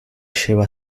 lleva